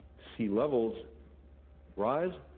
sea levels rise.